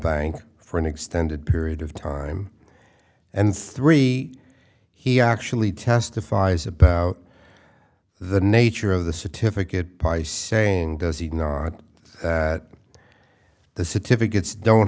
bank for an extended period of time and three he actually testifies about the nature of the certificate by saying does he know that the certificate don't